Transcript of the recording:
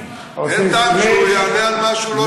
אין טעם שהוא יענה על משהו שהוא לא שמע.